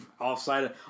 offside